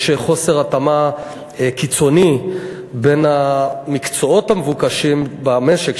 יש חוסר התאמה קיצוני בין המקצועות המבוקשים במשק,